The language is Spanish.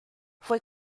fue